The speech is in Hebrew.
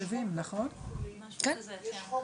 יש חוק